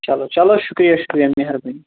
چَلو چَلو چَلو شُکریہ شُکریہ مٮ۪ہربٲنی